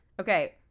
okay